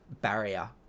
barrier